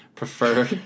prefer